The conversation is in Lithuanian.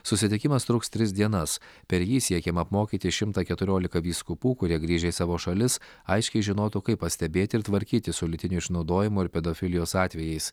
susitikimas truks tris dienas per jį siekiama apmokyti šimtą keturiolika vyskupų kurie grįžę į savo šalis aiškiai žinotų kaip pastebėti ir tvarkytis su lytinio išnaudojimo ir pedofilijos atvejais